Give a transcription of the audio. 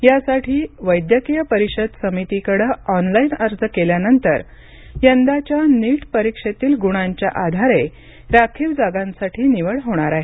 यासाठी वैद्यकीय परिषद समितीकडे ऑनलाईन अर्ज केल्यानंतर यंदाच्या नीट परीक्षेतील गुणांच्या आधारे राखीव जागांसाठी निवड होणार आहे